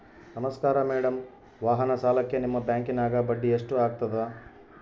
ನಮಸ್ಕಾರ ಮೇಡಂ ವಾಹನ ಸಾಲಕ್ಕೆ ನಿಮ್ಮ ಬ್ಯಾಂಕಿನ್ಯಾಗ ಬಡ್ಡಿ ಎಷ್ಟು ಆಗ್ತದ?